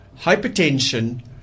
Hypertension